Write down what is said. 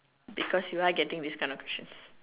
because you are getting this kind of questions